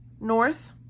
north